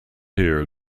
here